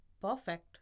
perfect